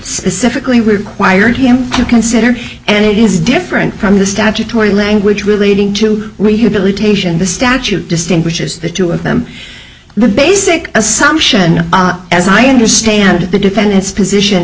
specifically required him to consider and it is different from the statutory language relating to rehabilitate the statute distinguishes the two of them the basic assumption as i understand the defendant's position